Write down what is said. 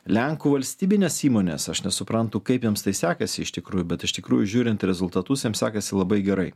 lenkų valstybinės įmonės aš nesuprantu kaip joms tai sekasi iš tikrųjų bet iš tikrųjų žiūrint rezultatus jiems sekasi labai gerai